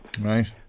Right